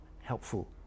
helpful